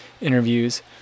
interviews